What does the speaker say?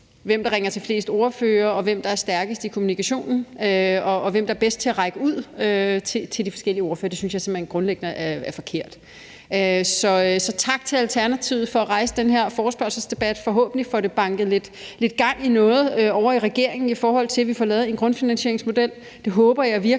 hvem der ringer til flest ordførere, hvem der er stærkest i kommunikationen, og hvem der er bedst til at række ud til de forskellige ordførere, og det synes jeg simpelt hen grundlæggende er forkert. Så tak til Alternativet for at rejse den her forespørgselsdebat. Forhåbentlig får det banket lidt gang i noget ovre i regeringen, i forhold til at vi får lavet en grundfinansieringsmodel – det håber jeg virkelig